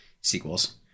sequels